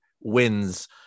wins